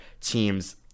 team's